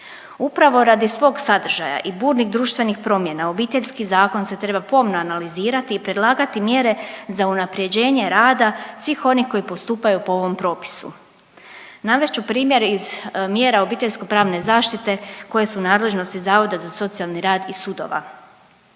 Upravo radi svog sadržaja i burnih društvenih promjena Obiteljski zakon se treba pomno analizirati i predlagati mjere za unapređenje rada svih onih koji postupaju po ovom propisu. Navest ću primjere iz mjera obiteljsko-pravne zaštite koje su nadležni Zavoda za socijalni rad i sudova.